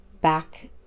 back